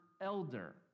elder